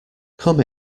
come